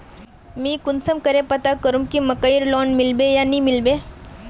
मुई कुंसम करे पता करूम की मकईर लोन मिलबे या नी मिलबे?